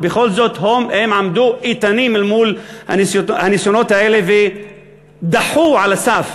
ובכל זאת הם עמדו איתנים מול הניסיונות האלה ודחו על הסף